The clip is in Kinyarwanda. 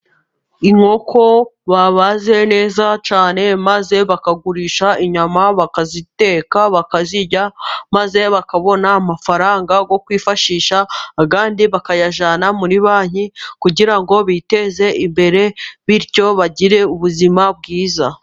Inkoko babaze neza cyane maze bakagurisha inyama bakaziteka bakazirya, maze bakabona amafaranga yo kwifashisha, bakayajyanana muri banki kugira ngo biteze imbere, bityo bagire ubuzima bwiza.